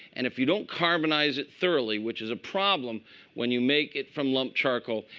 and if you don't carbonize it thoroughly, which is a problem when you make it from lump charcoal,